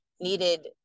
needed